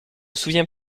souviens